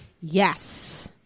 Yes